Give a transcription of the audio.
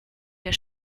der